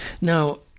Now